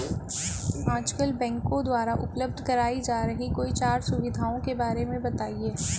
आजकल बैंकों द्वारा उपलब्ध कराई जा रही कोई चार सुविधाओं के बारे में बताइए?